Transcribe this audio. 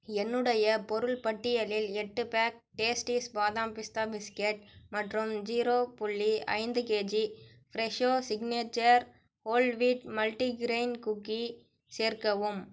என்னுடைய பொருள் பட்டியலில் எட்டு pack Tasties badam pista biscuit மற்றும் ஜீரோ புள்ளி ஐந்து KG Fresho signature whole wheat multigrain cookie சேர்க்கவும்